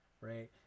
right